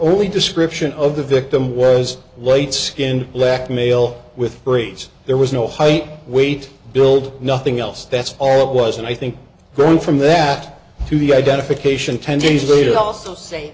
only description of the victim was light skinned black male with braids there was no height weight build nothing else that's all it was and i think grown from that to the identification